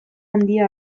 handia